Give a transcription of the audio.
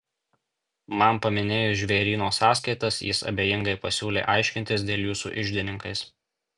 man paminėjus žvėryno sąskaitas jis abejingai pasiūlė aiškintis dėl jų su iždininkais